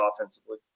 offensively